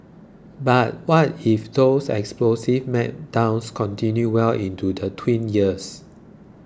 but what if those explosive meltdowns continue well into the tween years